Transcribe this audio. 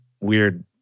weird